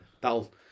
that'll